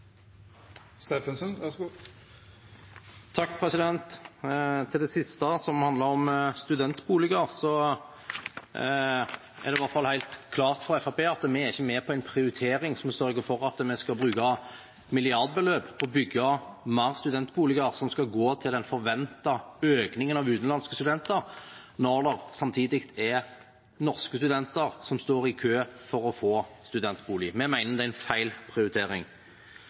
det i hvert fall helt klart for Fremskrittspartiet at vi ikke er med på en prioritering som sørger for at vi skal bruke milliardbeløp på å bygge flere studentboliger, som skal gå til den forventede økningen i antall utenlandske studenter, når det samtidig er norske studenter som står i kø for å få studentbolig. Vi mener det er en feil prioritering.